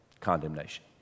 condemnation